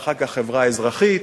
ואחר כך חברה אזרחית